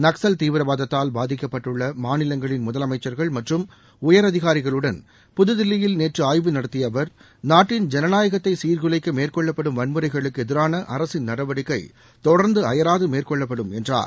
நக்சல் தீவிரவாதத்தால் பாதிக்கப்பட்டுள்ள மாநிலங்களின் முதலமைச்சள்கள் மற்றும் உயர் அதிகாரிகளுடன் புதில்லியில் நேற்று ஆய்வு நடத்திய அவர் நாட்டின் ஜனநாயகத்தை சீர்குலைக்க மேற்கொள்ளப்படும் வன்முறைகளுக்கு எதிராள மேற்கொள்ளப்படும் என்றார்